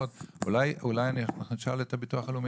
אולי נשאל את הביטוח הלאומי.